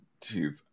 jeez